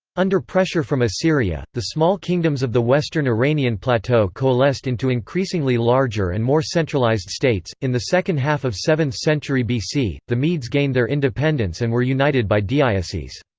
under pressure from assyria, the small kingdoms of the western iranian plateau coalesced into increasingly larger and more centralized states in the second half of seventh century bc, the medes gained their independence and were united by deioces.